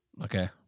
Okay